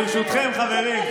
ברשותכם, חברים.